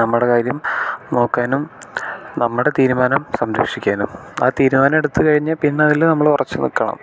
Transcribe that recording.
നമ്മുടെ കാര്യം നോക്കാനും നമ്മുടെ തീരുമാനം സംരക്ഷിക്കാനും ആ തീരുമാനം എടുത്തുകഴിഞ്ഞാൽപ്പിന്നെ അതിൽ നമ്മൾ ഉറച്ചു നിൽക്കണം